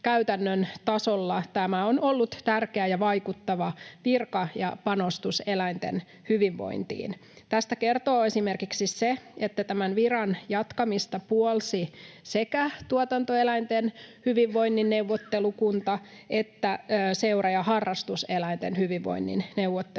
käytännön tasolla tämä on ollut tärkeä ja vaikuttava virka ja panostus eläinten hyvinvointiin. Tästä kertoo esimerkiksi se, että tämän viran jatkamista puolsivat sekä tuotantoeläinten hyvinvoinnin neuvottelukunta että seura‑ ja harrastuseläinten hyvinvoinnin neuvottelukunta.